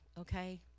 okay